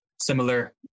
similar